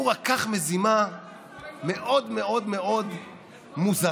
הוא רקח מזימה מאוד מאוד מאוד מוזרה.